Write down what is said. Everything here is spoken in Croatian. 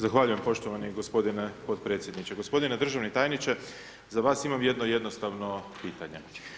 Zahvaljujem poštovani g. potpredsjedniče. g. Državni tajniče, za vas imam jedno jednostavno pitanje.